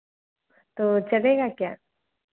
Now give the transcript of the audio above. तो चलेगा क्या